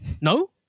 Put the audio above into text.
No